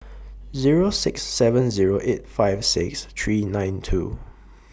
Zero six seven Zero eight five six three nine two